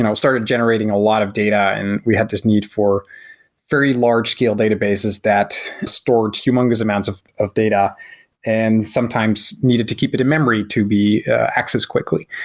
and started generating a lot of data and we have this need for very large-scale databases that stored humongous amounts of of data and sometimes needed to keep it in memory to be accessed quickly.